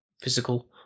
physical